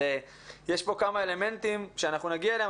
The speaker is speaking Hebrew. יש כאן כמה אלמנטים אליהם נגיע.